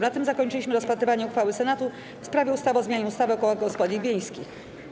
Na tym zakończyliśmy rozpatrywanie uchwały Senatu w sprawie ustawy o zmianie ustawy o kołach gospodyń wiejskich.